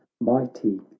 mighty